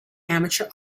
amateur